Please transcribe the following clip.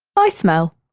i smell.